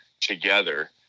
together